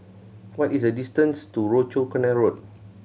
what is the distance to Rochor Canal Road